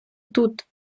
тут